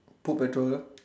put petrol ah